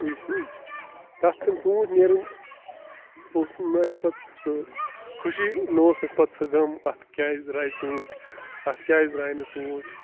یُس تَتھ تِم ژوٗنٛٹھۍ نیرٕنۍ اوس نہٕ نہٕ ٲس پَتہٕ سُہ خوشی نہٕ اوس اَسہِ پَتہٕ سُہ غم اَتھ کیٛازِ درٛاے ژوٗنٛٹھۍ اَتھ کیٛازِ درٛاے نہٕ ژوٗنٛٹھۍ